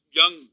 young